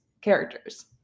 characters